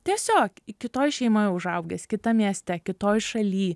tiesiog kitoj šeimoj užaugęs kitam mieste kitoj šaly